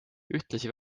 ühtlasi